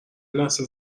لحظه